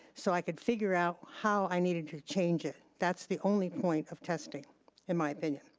so i could figure out how i needed to change it. that's the only point of testing in my opinion.